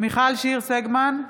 מיכל שיר סגמן,